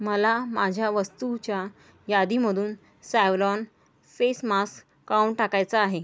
मला माझ्या वस्तूच्या यादीमधून सॅवलॉन फेस मास्क काऊन टाकायचं आहे